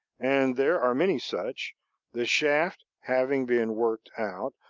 and there are many such the shaft having been worked out,